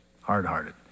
hard-hearted